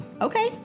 Okay